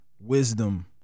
wisdom